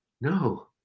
no